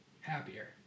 happier